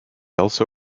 also